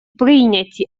прийняті